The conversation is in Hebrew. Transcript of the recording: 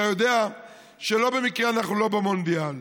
אתה יודע שלא במקרה אנחנו לא במונדיאל.